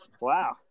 Wow